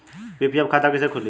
PPF खाता कैसे खुली?